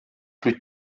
plus